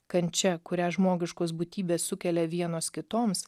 kančia kurią žmogiškos būtybės sukelia vienos kitoms